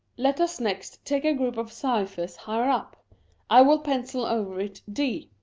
let us next take a group of cyphers higher up i will pencil over it d.